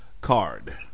card